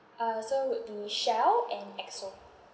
uh so would be shell and esso